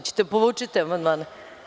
Hoćete da povučete amandmane?